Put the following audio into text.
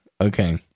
Okay